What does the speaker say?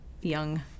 young